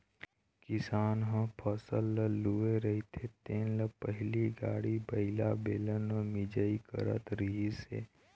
किसान ह फसल ल लूए रहिथे तेन ल पहिली गाड़ी बइला, बेलन म मिंजई करत रिहिस हे